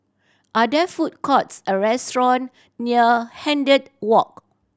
are there food courts or restaurant near Hindhede Walk